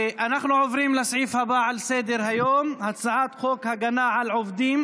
אנחנו עוברים לסעיף הבא על סדר-היום: הצעת חוק הגנה על עובדים